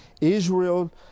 Israel